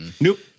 Nope